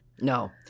No